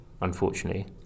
unfortunately